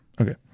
Okay